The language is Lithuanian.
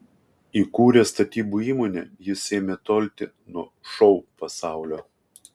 įkūręs statybų įmonę jis ėmė tolti nuo šou pasaulio